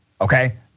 okay